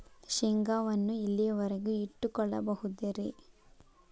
ಶೇಂಗಾವನ್ನು ಎಲ್ಲಿಯವರೆಗೂ ಇಟ್ಟು ಕೊಳ್ಳಬಹುದು ರೇ?